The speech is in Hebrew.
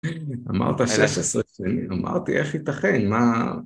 אמרת שש עשרה שנים, אמרתי איך ייתכן, מה..